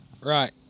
Right